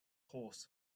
horse